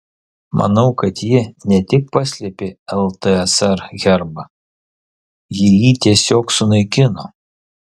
manau kad ji ne tik paslėpė ltsr herbą ji jį tiesiog sunaikino